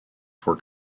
for